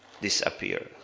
disappear